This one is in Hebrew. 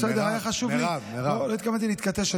לא התכוונתי להתכתש.